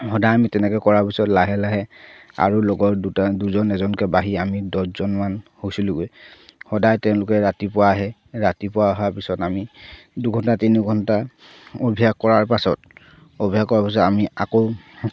সদায় আমি তেনেকে কৰাৰ পিছত লাহে লাহে আৰু লগৰ দুটা দুজন এজনকে বাঢ়ি আমি দহজনমান হৈছিলোঁগৈ সদায় তেওঁলোকে ৰাতিপুৱা আহে ৰাতিপুৱা অহাৰ পিছত আমি দুঘণ্টা তিনি ঘণ্টা অভ্যাস কৰাৰ পাছত অভ্যাস কৰাৰ পিছত আমি আকৌ